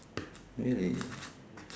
really